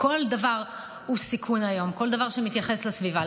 כל דבר הוא סיכון היום, כל דבר שמתייחס לסביבה.